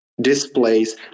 displays